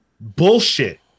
bullshit